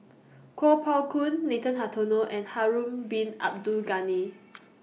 Kuo Pao Kun Nathan Hartono and Harun Bin Abdul Ghani